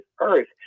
earth